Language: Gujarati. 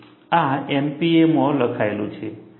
આ MPa માં લખાયેલું છે